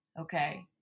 Okay